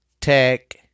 Tech